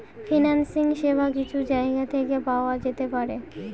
financing সেবা কিছু জায়গা থেকে পাওয়া যেতে পারে